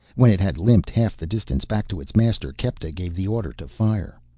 when it had limped half the distance back to its master, kepta gave the order to fire.